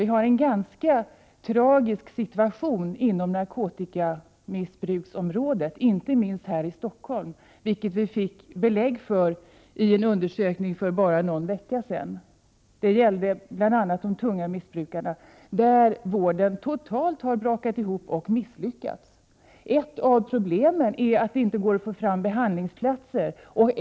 Vi har en ganska tragisk situation på narkotikamissbruksområdet, inte minst här i Stockholm, vilket vi fick belägg för i en undersökning för bara någon vecka sedan. Det gällde bl.a. de tunga missbrukarna. Där har vården misslyckats totalt. Ett av problemen är att det inte går att få fram behandlingsplatser.